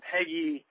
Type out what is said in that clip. Peggy